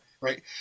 right